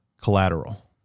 collateral